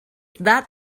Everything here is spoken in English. that